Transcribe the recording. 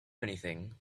anything